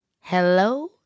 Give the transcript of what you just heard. Hello